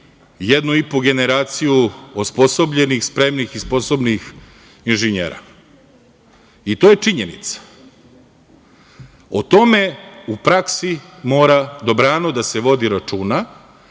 jednu i po generaciju osposobljenih, spremnih i sposobnih inženjera. To je činjenica.O tome u praksi mora dobrano da se vodi računa,